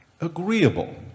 agreeable